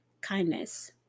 kindness